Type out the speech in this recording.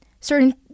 certain